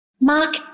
Mark